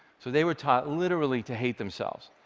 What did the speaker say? so they were taught literally to hate themselves.